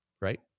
Right